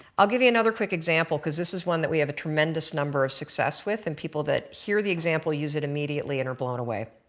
i'll give you another quick example because this is one that we have a tremendous number of success with and people that hear the example use it immediately and are blown away.